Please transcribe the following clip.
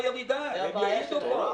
--- הם יעידו פה.